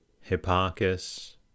Hipparchus